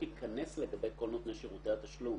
לגבי סעיף (ב)